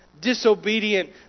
disobedient